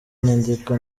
nyandiko